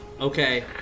Okay